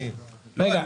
אם